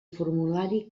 formulari